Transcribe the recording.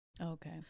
Okay